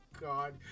God